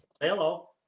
hello